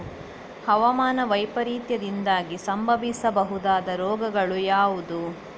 ಹವಾಮಾನ ವೈಪರೀತ್ಯದಿಂದಾಗಿ ಸಂಭವಿಸಬಹುದಾದ ರೋಗಗಳು ಯಾವುದು?